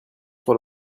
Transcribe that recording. sur